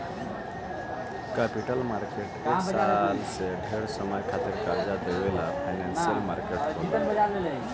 capital market एक साल से ढेर समय खातिर कर्जा देवे वाला फाइनेंशियल मार्केट होला